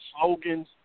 Slogans